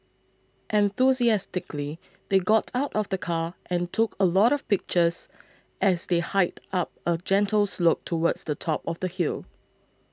enthusiastically they got out of the car and took a lot of pictures as they hiked up a gentle slope towards the top of the hill